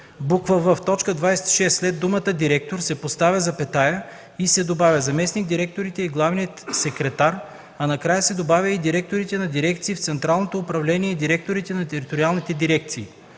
в) в т. 26 след думата „директор” се поставя запетая и се добавя „заместник-директорите и главният секретар”, а накрая се добавя „и директорите на дирекции в централното управление и директорите на териториалните дирекции”;